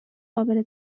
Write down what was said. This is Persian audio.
قابل